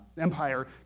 empire